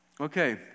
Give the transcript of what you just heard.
Okay